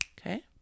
Okay